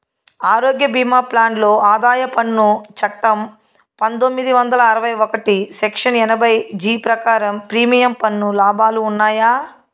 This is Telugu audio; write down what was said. ఆరోగ్య భీమా ప్లాన్ లో ఆదాయ పన్ను చట్టం పందొమ్మిది వందల అరవై ఒకటి సెక్షన్ ఎనభై జీ ప్రకారం ప్రీమియం పన్ను లాభాలు ఉన్నాయా?